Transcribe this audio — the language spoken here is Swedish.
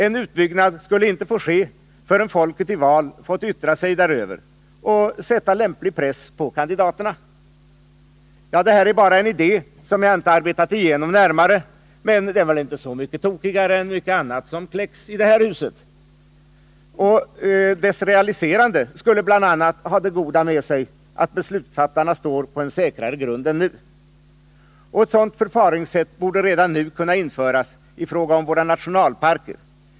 En utbyggnad skulle inte få ske, förrän folket i val fått yttra sig däröver och sätta lämplig press på kandidaterna. Ja, det här är bara en idé, som jag inte arbetat igenom närmare, men den är väl inte tokigare än mycket annat som kläcks i detta hus. Dess realiserande skulle bl.a. ha det goda med sig att beslutsfattarna stod på en säkrare grund än nu. Och ett sådant förfaringssätt borde redan nu kunna införas i fråga om våra nationalparker.